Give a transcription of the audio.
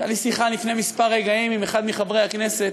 הייתה לי שיחה לפני כמה רגעים עם אחד מחברי הכנסת.